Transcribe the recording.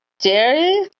Jerry